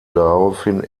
daraufhin